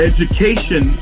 Education